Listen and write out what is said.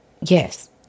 Yes